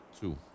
two